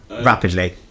rapidly